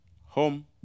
home